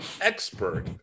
expert